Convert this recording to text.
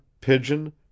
pigeon